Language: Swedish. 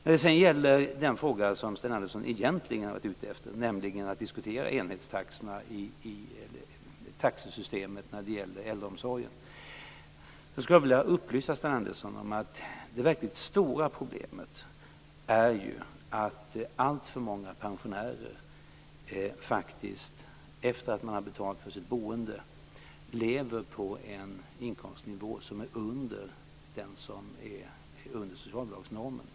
När det sedan gäller det som Sten Andersson egentligen har varit ute efter att diskutera, nämligen taxesystemet inom äldreomsorgen, skulle jag vilja upplysa Sten Andersson om att det verkligt stora problemet är att alltför många pensionärer faktiskt, sedan de har betalat för sitt boende, lever på en inkomstnivå som ligger under socialbidragsnormen.